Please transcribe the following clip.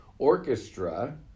Orchestra